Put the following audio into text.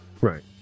Right